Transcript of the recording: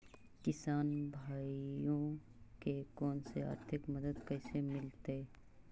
किसान भाइयोके कोन से आर्थिक मदत कैसे मीलतय?